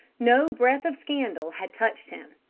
no breath of scandal had touched him,